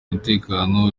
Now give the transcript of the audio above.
umutekano